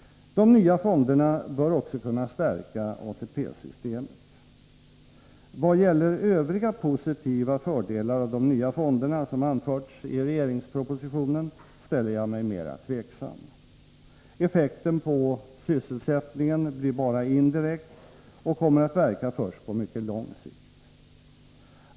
De nya fonderna bör också kunna stärka ATP-systemet. Vad gäller övriga positiva fördelar av de nya fonderna, som anförts i regeringspropositionen, ställer jag mig mera tveksam. Effekten på sysselsättningen blir bara indirekt och kommer att verka först på mycket lång sikt.